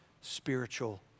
spiritual